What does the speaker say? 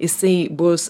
jisai bus